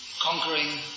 conquering